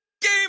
Game